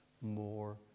more